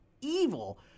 evil